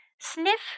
Sniff